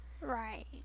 right